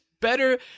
Better